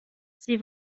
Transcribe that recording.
sie